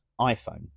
iPhone